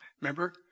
Remember